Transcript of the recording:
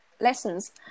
lessons